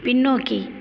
பின்னோக்கி